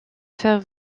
faire